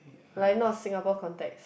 like not Singapore context